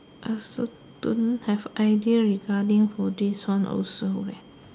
I also don't have idea regarding for this one also leh